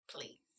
please